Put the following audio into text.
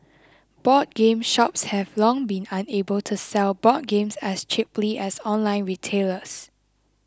board game shops have long been unable to sell board games as cheaply as online retailers